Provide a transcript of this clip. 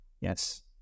Yes